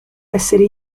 essere